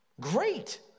Great